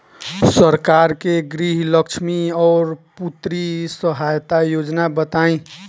सरकार के गृहलक्ष्मी और पुत्री यहायता योजना बताईं?